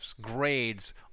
grades